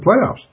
playoffs